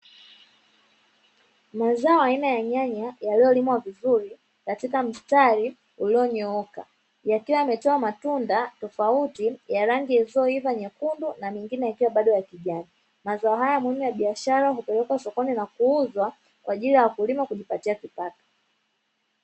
Mazao aina ya nyanya yaliyolimwa vizuri katika msitari ulionyooka yakiwa yametoa matunda ya rangi nzuri zilizoiva ya rangi nyekundu na mengine yakiwa bado ya kijani, mazao haya muhimu ya biashara hupelekwa sokoni kuuzwa kwa ajili ya wakulima kujipatia kipato.